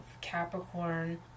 Capricorn